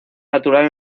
natural